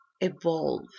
evolve